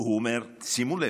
הוא אומר, שימו לב: